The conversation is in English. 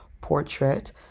portrait